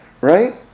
right